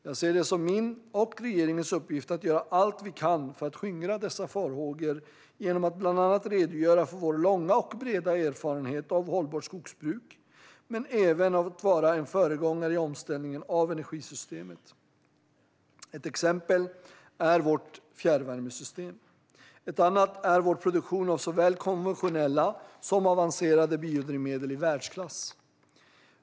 Jag ser det som min och regeringens uppgift att göra allt vi kan för att skingra dessa farhågor genom att bland annat redogöra för vår långa och breda erfarenhet av hållbart skogsbruk men även av att vara en föregångare i omställningen av energisystemet. Ett exempel är vårt fjärrvärmesystem. Ett annat är vår produktion av såväl konventionella som avancerade biodrivmedel i världsklass.